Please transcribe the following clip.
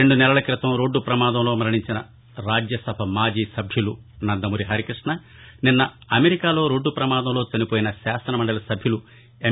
రెండు నెలల క్రితం రోడ్లు పమాదంలో మరణించిన రాజ్యసభ మాజీ సభ్యులు నందమూరి హరికృష్ణ నిన్న అమెరికాలో రోడ్లు ప్రమాదంలో చనిపోయిన శాసనమండలి సభ్యులు ఎం